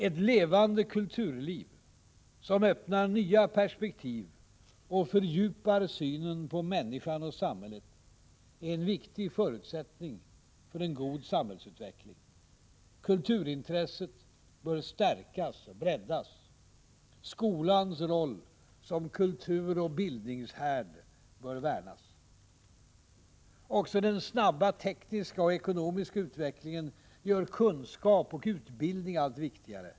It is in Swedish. Ett levande kulturliv, som öppnar nya perspektiv och fördjupar synen på människan och samhället, är en viktig förutsättning för en god samhällsutveckling. Kulturintresset bör stärkas och breddas. Skolans roll som kulturoch bildningshärd bör värnas. Också den snabba tekniska och ekonomiska utvecklingen gör kunskap och utbildning allt viktigare.